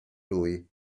lui